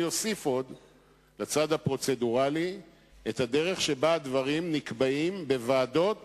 אני אוסיף לצד הפרוצדורלי גם את הדרך שבה הדברים נקבעים בוועדות